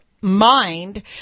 mind